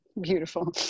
Beautiful